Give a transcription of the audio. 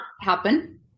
happen